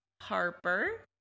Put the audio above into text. Harper